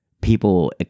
people